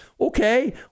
okay